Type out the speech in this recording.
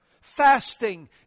Fasting